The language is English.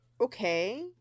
Okay